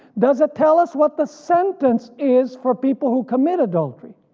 does it tell us what the sentence is for people who commit adultery?